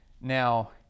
Now